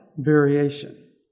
Variation